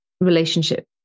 relationship